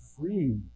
free